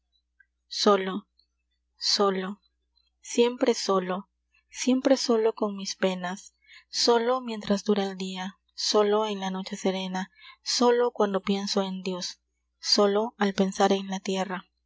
solo solo siempre solo siempre solo con mis penas solo mientras dura el dia solo en la noche serena solo cuando pienso en dios solo al pensar en la tierra